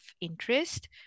interest